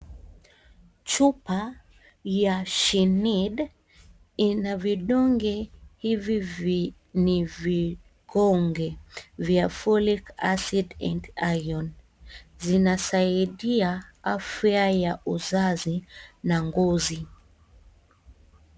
Chupa ya Cyinid ina vidonge hivi vikonge vya Folic acid and Iron . Zinasaidia afya ya uzazi na ngozi.